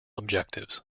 objectives